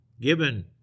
Gibbon